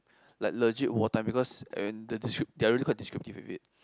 like legit war time because and the descrip~ they are really quite descriptive with it